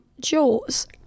Jaws